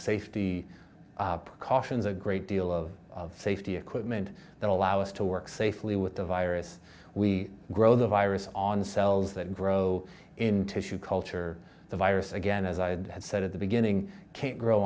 safety precautions a great deal of safety equipment that allow us to work safely with the virus we grow the virus on cells that grow into culture the virus again as i had said at the beginning can't grow